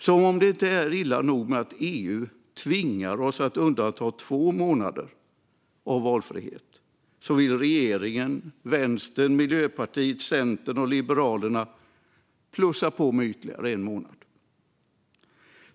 Som om det inte är illa nog att EU tvingar oss att undanta två månader av valfrihet vill regeringen, Vänstern, Miljöpartiet, Centern och Liberalerna plussa på med ytterligare en månad.